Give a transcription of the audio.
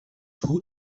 two